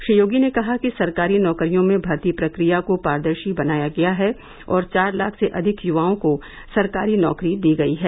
श्री योगी ने कहा कि सरकारी नौकरियों में भर्ती प्रक्रिया को पारदर्शी बनाया गया है और चार लाख से अधिक युवाओं को सरकारी नौकरी दी गयी है